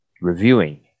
reviewing